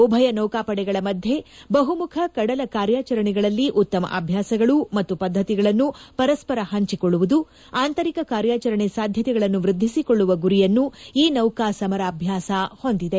ಉಭಯ ನೌಕಾ ಪಡೆಗಳ ಮಧ್ಯೆ ಬಹುಮುಖ ಕಡಲ ಕಾರ್ಯಾಚರಣೆಗಳಲ್ಲಿ ಉತ್ತಮ ಅಭ್ಯಾಸಗಳು ಮತ್ತು ಪದ್ಧತಿಗಳನ್ನು ಪರಸ್ವರ ಹಂಚಿಕೊಳ್ಳುವುದು ಆಂತರಿಕ ಕಾರ್ಯಾಚರಣೆ ಸಾಧ್ಯತೆಗಳನ್ನು ವೃದ್ದಿಸಿಕೊಳ್ಳುವ ಗುರಿಯನ್ನು ಈ ನೌಕಾ ಸಮರಾಭ್ಯಾಸ ಹೊಂದಿದೆ